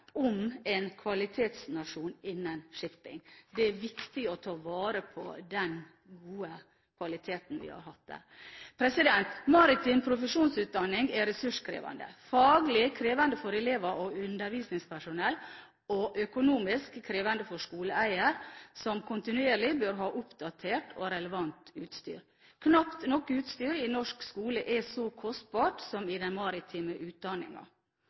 en kvalitetsnasjon innen shipping. Det er viktig å ta vare på den gode kvaliteten vi har hatt der. Maritim profesjonsutdanning er ressurskrevende – faglig krevende for elever og undervisningspersonell og økonomisk krevende for skoleeier, som kontinuerlig bør ha oppdatert og relevant utstyr. Knapt noe utstyr i norsk skole er så kostbart som i den maritime